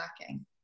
lacking